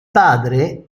padre